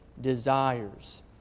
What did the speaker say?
desires